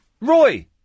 Roy